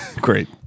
Great